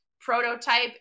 prototype